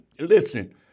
Listen